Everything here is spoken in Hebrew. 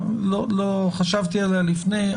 חשבתי עליה לפני,